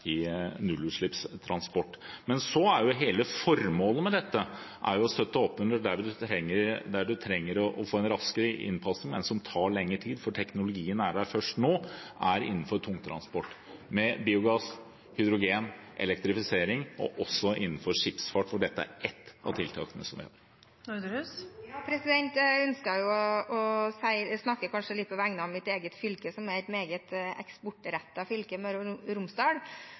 i nullutslippstransport. Hele formålet med dette er jo å gi støtte der en trenger å få en raskere innfasing, men hvor det tar lengre tid fordi teknologien er her først nå. Det er innenfor tungtransport, med biogass, hydrogen og elektrifisering, og også innenfor skipsfart, hvor dette er ett av tiltakene. Jeg ønsker å snakke kanskje litt på vegne av mitt eget fylke, som er et meget eksportrettet fylke: Møre og Romsdal.